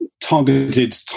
targeted